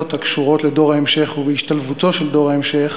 הקשורות לדור ההמשך ובהשתלבותו של דור ההמשך